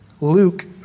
Luke